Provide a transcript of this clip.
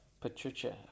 Patricia